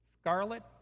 scarlet